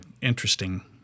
interesting